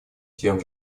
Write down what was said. тем